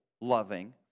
loving